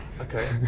okay